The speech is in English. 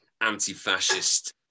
anti-fascist